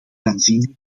aanzienlijk